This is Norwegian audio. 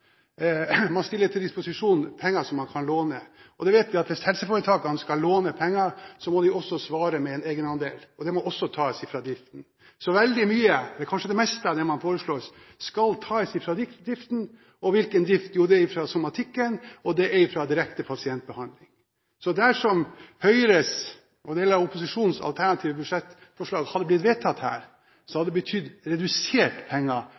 Man stiller til disposisjon penger som man kan låne. Vi vet at hvis helseforetakene skal låne penger, må de svare for en egenandel, og det må også tas fra driften. Veldig mye, kanskje det meste av det man foreslår, skal tas fra driften. Og hvilken drift? Jo, det er fra somatikken, og det er fra direkte pasientbehandling. Så dersom Høyres og deler av opposisjonens alternative budsjettforslag hadde blitt vedtatt her, hadde det betydd mindre penger til drift, til somatikk, mindre penger til direkte pasientbehandling og mindre penger